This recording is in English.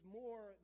more